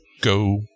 go